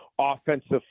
offensive